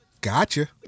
Gotcha